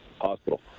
Hospital